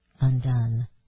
undone